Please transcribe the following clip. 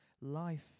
life